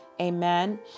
Amen